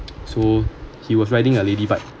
so he was riding a lady bike